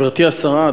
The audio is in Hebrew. גברתי השרה,